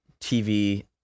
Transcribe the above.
TV